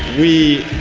we